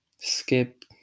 skip